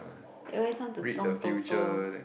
they always want to 中 Toto